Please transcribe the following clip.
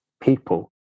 people